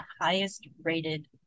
highest-rated